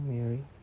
Mary